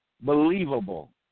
Believable